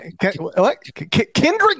Kendrick